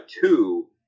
Two